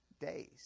days